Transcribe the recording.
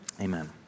Amen